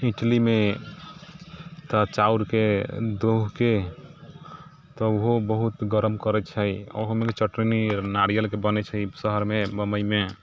इ़डलीमे तऽ चाउरके धोके तऽ उहो बहुत गरम करै छै ओहोमे चटनी आओर नारियलके बनै छै शहरमे बम्बईमे